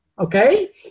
okay